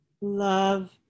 love